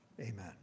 Amen